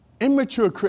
Immature